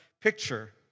picture